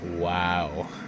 Wow